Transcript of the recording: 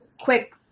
quick